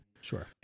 Sure